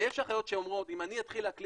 ויש אחיות שאומרות: אם אני אתחיל להקליד